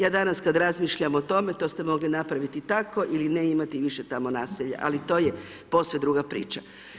Ja danas kada razmišljam o tome, to ste mogli napraviti tako ili ne imati više tamo naselja, ali to je posve druga priča.